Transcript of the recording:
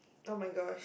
oh-my-gosh